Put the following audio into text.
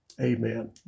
Amen